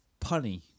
punny